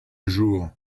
jour